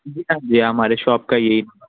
جی ہاں جی ہاں ہمارے شاپ کا یہ